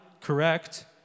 correct